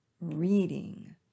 reading